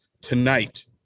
tonight